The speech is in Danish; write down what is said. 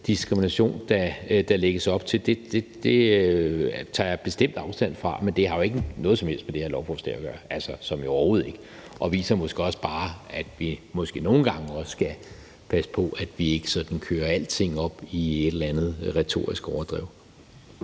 diskrimination, der lægges op til. Det tager jeg bestemt afstand fra, men det har jo ikke noget som helst med det her lovforslag at gøre – som i overhovedet ikke. Det viser måske også bare, at vi måske nogle gange skal passe på, at vi ikke sådan kører alting ud på et eller andet retorisk overdrev.